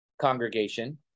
congregation